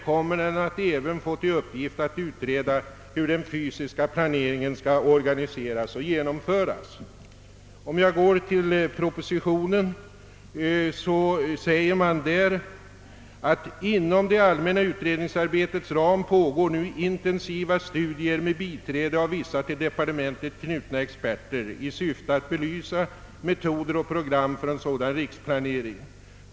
I propositionen sägs: »Inom det allmänna utredningsarbetets ram pågår nu intensiva studier med biträde av vissa till departementet knutna experter i syfte att belysa metoder och program för en sådan riksplanering.